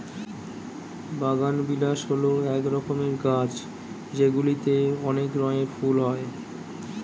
বাগানবিলাস হল এক রকমের গাছ যেগুলিতে অনেক রঙের ফুল হয়